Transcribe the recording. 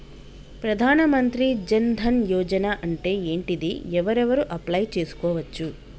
ప్రధాన మంత్రి జన్ ధన్ యోజన అంటే ఏంటిది? ఎవరెవరు అప్లయ్ చేస్కోవచ్చు?